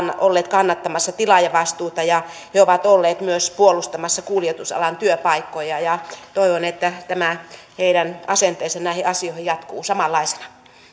olleet kannattamassa tilaajavastuuta ja he ovat olleet myös puolustamassa kuljetusalan työpaikkoja toivon että tämä heidän asenteensa näihin asioihin jatkuu samanlaisena